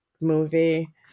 movie